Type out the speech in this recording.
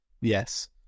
Yes